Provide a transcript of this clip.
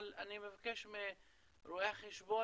אני אבקש מרואה החשבון,